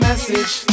message